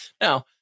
Now